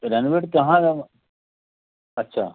तो रेनोवेट कहाँ मेम अच्छा